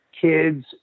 kids